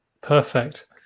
perfect